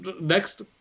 next